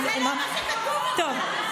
טוב.